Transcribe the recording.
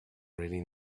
really